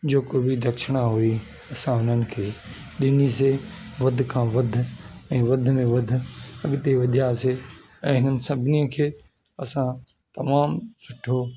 जेको बि दक्षणा हुई असां हुननि खे ॾिनीसीं वधि खां वधि ऐं वधि में वधि अॻिते वधियासीं ऐं हिन सभिनी खे असां तमामु सुठो